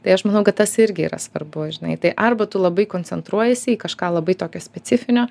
tai aš manau kad tas irgi yra svarbu žinai tai arba tu labai koncentruojiesi į kažką labai tokio specifinio